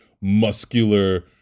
muscular